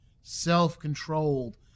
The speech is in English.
self-controlled